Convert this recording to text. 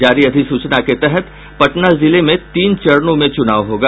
जारी अधिसूचना के तहत पटना जिले में तीन चरणों में चुनाव होगा